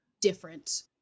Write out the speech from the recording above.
different